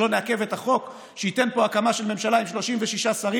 שלא נעכב את החוק שייתן פה הקמה של ממשלה עם 36 שרים,